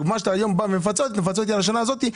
היום תפצה על השנה הזאת.